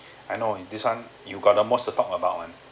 I know this one you got the most to talk about one